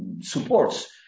supports